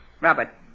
Robert